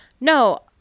No